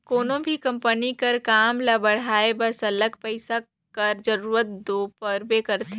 कोनो भी कंपनी कर काम ल बढ़ाए बर सरलग पइसा कर जरूरत दो परबे करथे